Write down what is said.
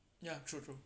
ya true true